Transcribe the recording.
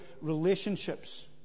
relationships